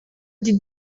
die